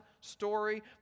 story